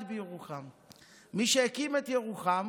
מי שהקימו את ירוחם